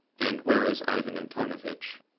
and where is ivan antonovitch?